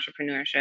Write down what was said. entrepreneurship